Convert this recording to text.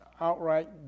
outright